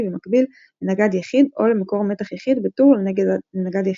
במקביל לנגד יחיד או למקור מתח יחיד בטור לנגד יחיד.